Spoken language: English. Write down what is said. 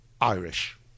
Irish